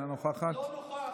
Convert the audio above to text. אינה נוכחת,